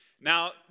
Now